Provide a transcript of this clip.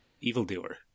evildoer